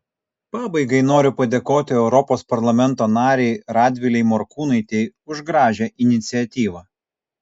pabaigai noriu padėkoti europos parlamento narei radvilei morkūnaitei už gražią iniciatyvą